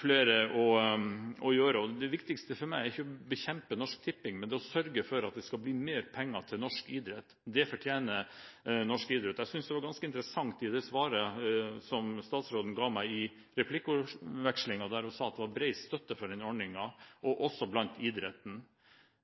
flere å gjøre. Det viktigste for meg er ikke å bekjempe Norsk Tipping, men å sørge for mer penger til norsk idrett. Det fortjener norsk idrett. Jeg synes det var ganske interessant det svaret som statsråden ga meg i replikkordvekslingen, der hun sa at det var bred støtte for ordningen, også blant idretten.